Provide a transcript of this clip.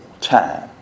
time